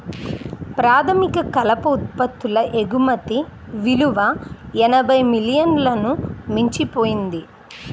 ప్రాథమిక కలప ఉత్పత్తుల ఎగుమతి విలువ ఎనభై మిలియన్లను మించిపోయింది